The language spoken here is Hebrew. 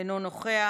אינו נוכח.